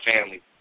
family